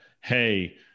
hey